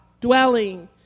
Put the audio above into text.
dwelling